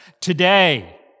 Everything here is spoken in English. today